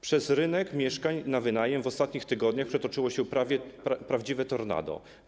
Przez rynek mieszkań na wynajem w ostatnich tygodniach przetoczyło się prawdziwe tornado.